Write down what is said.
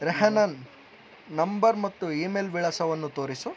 ರೆಹನನ್ನ number ಮತ್ತು email ವಿಳಾಸವನ್ನು ತೋರಿಸು